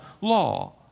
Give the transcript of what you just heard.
law